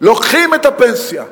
לוקחים את הפנסיה.